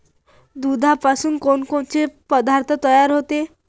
दुधापासून कोनकोनचे पदार्थ तयार होते?